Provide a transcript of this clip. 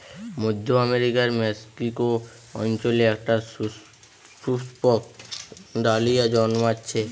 মধ্য আমেরিকার মেক্সিকো অঞ্চলে একটা সুপুষ্পক ডালিয়া জন্মাচ্ছে